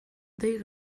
dei